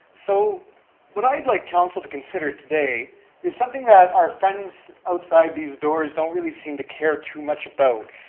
so what i'd like council to consider today is something that our friends outside these doors don't really seem to care too much about,